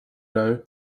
now